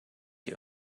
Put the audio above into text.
you